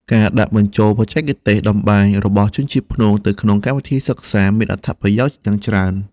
ការដាក់បញ្ចូលបច្ចេកទេសតម្បាញរបស់ជនជាតិព្នងទៅក្នុងកម្មវិធីសិក្សាមានអត្ថប្រយោជន៍យ៉ាងច្រើន។